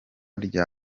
rya